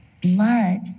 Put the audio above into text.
Blood